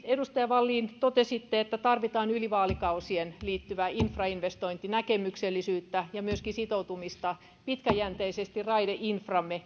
edustaja wallin totesitte että tarvitaan yli vaalikausien kestävää infrainvestointinäkemyksellisyyttä ja myöskin sitoutumista pitkäjänteisesti raideinframme